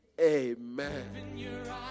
amen